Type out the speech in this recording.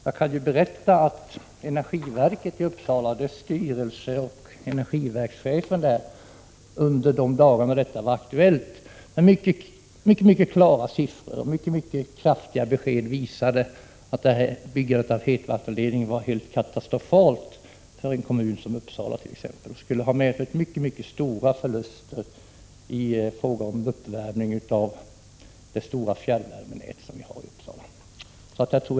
Jag kan berätta att styrelsen för energiverket i Uppsala och energiverkschefen där under de dagar då detta var aktuellt med mycket klara siffror och entydiga besked visade att byggandet av hetvattenledningen skulle vara helt katastrofalt för en kommun som Uppsala; det skulle ha medfört mycket stora förluster i fråga om uppvärmning av det stora fjärrvärmenät som vi har i Uppsala.